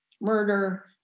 murder